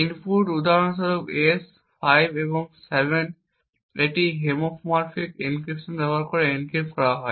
input উদাহরণস্বরূপ S 5 এবং 7 এটি হোমোমরফিক এনক্রিপশন ব্যবহার করে এনক্রিপ্ট করা হয়